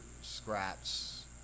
scraps